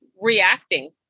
reacting